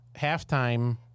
halftime